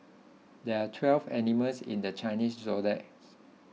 there are twelve animals in the Chinese zodiac's